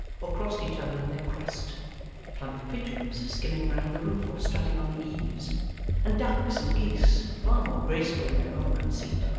or crossed each other in their quest plump pigeons skimming round the roof or strutting on the eaves and ducks and geese, far more graceful in their own conceit,